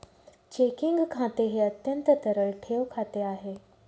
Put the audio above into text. checking खाते हे अत्यंत तरल ठेव खाते आहे